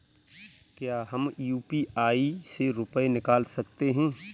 क्या हम यू.पी.आई से रुपये निकाल सकते हैं?